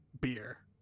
beer